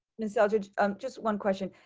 message, um just one question.